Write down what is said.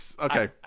Okay